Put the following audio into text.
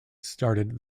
started